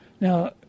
Now